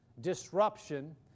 disruption